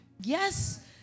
Yes